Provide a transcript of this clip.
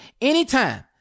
anytime